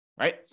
right